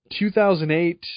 2008